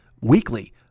weekly